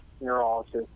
neurologist